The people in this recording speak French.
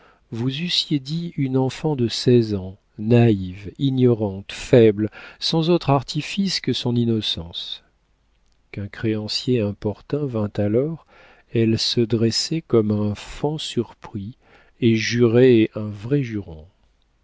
vous eussiez dit une enfant de seize ans naïve ignorante faible sans autre artifice que son innocence qu'un créancier importun vînt alors elle se dressait comme un faon surpris et jurait un vrai juron